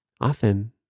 often